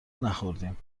نخوردیم